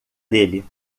dele